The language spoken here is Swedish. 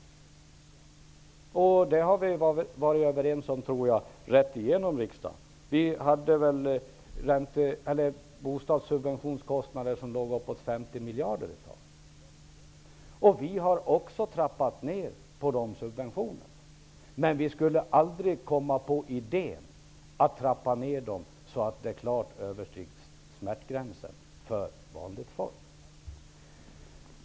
Jag tror att vi har varit överens om detta rätt igenom riksdagen. Kostnaderna för bostadssubventionerna låg upp mot 50 miljarder kronor. Vi har trappat ned på de subventionerna. Men vi skulle aldrig komma på idéen att trappa ned dem så att de klart översteg smärtgränsen för vanligt folk.